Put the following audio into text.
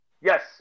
Yes